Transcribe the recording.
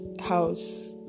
house